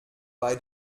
bei